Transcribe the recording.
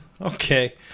Okay